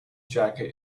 jacket